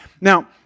Now